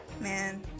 man